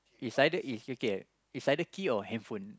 is either it's okay is either key or handphone